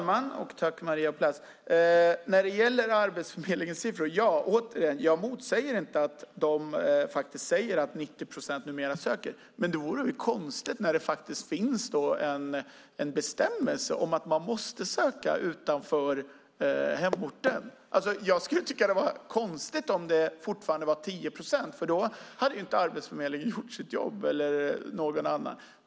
Herr talman! När det gäller Arbetsförmedlingens siffror motsäger jag inte att de visar att 90 procent numera söker. Det vore konstigt annars när det finns en bestämmelse om att man måste söka utanför hemorten. Jag tycker att det vore konstigt om det fortfarande var 10 procent. Då hade Arbetsförmedlingen inte gjort sitt jobb, eller någon annan.